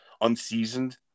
unseasoned